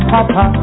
Papa